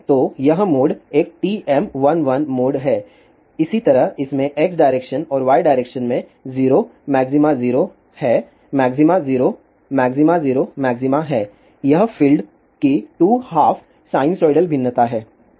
तो यह मोड एक TM11 मोड है इसी तरह इसमें x डायरेक्शन और y डायरेक्शन में 0 मैक्सिमा 0 है मैक्सिमा 0 मैक्सिमा 0 मैक्सिमा है यह फील्ड की 2 हाफ साइनसोइडल भिन्नता है